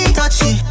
Touchy